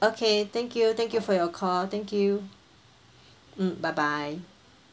okay thank you thank you for your call thank you mm bye bye